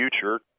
future